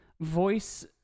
Voice